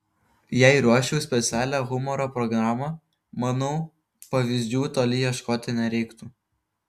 jei ruoščiau specialią humoro programą manau pavyzdžių toli ieškoti nereiktų